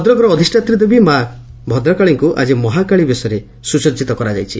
ଭଦ୍ରକର ଅଧିଷାତ୍ରୀ ଦେବୀ ମା ଭଦ୍ରକାଳୀଙ୍କୁ ଆଜି ମହାକାଳୀ ବେଶରେ ସୁସଜିତ କରାଯାଇଛି